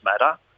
matter